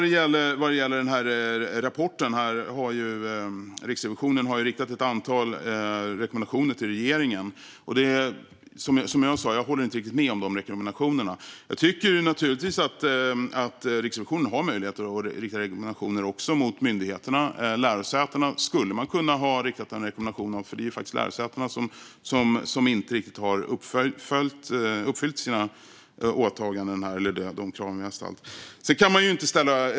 Vad gäller rapporten har Riksrevisionen riktat ett antal rekommendationer till regeringen. Som jag sa håller jag inte riktigt med om dessa rekommendationer. Jag tycker naturligtvis att Riksrevisionen ska ha möjlighet att rikta rekommendationer också till myndigheterna. Man skulle även ha kunnat rikta en rekommendation till lärosätena, för det är faktiskt de som inte riktigt har uppfyllt sina åtaganden eller de krav vi har ställt.